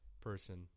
person